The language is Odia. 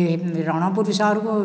ଇଏ ରଣପୁର ସହରକୁ